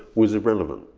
was irrelevant.